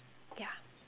yeah